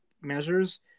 measures